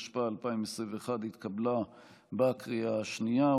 התשפ"א 2021, התקבלה בקריאה השנייה.